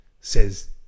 says